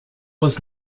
was